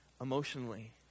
emotionally